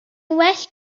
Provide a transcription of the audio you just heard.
well